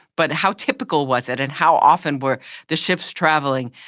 but how typical was it and how often were the ships travelling?